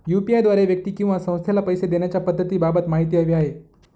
UPI द्वारे व्यक्ती किंवा संस्थेला पैसे देण्याच्या पद्धतींबाबत माहिती हवी आहे